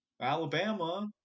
Alabama